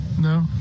No